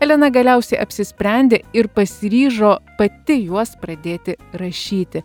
elena galiausiai apsisprendė ir pasiryžo pati juos pradėti rašyti